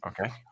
okay